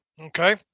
Okay